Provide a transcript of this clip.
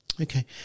Okay